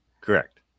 Correct